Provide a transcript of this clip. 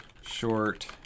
short